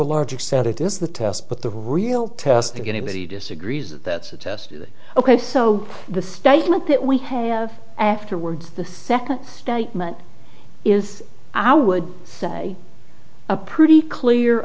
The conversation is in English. a large extent it is the test but the real test is going to be he disagrees that that's a test of ok so the statement that we have afterwards the second statement is i would say a pretty clear